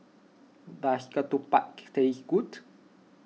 does Ketupat taste good